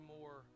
more